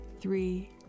three